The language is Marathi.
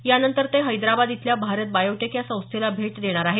यानंतर ते हैदराबाद इथल्या भारत बायोटेक या संस्थेला भेट देणार आहेत